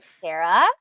Sarah